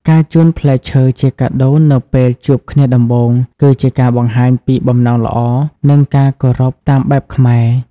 ការជូនផ្លែឈើជាកាដូនៅពេលជួបគ្នាដំបូង គឺជាការបង្ហាញពីបំណងល្អ និងការគោរពតាមបែបខ្មែរ។